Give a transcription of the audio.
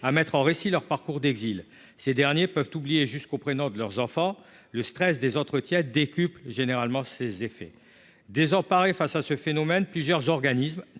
à mettre en récit leur parcours d'exil, ces derniers peuvent oublier jusqu'au prénom de leurs enfants, le stress des entretiens décuple généralement ces effets désemparés face à ce phénomène, plusieurs organismes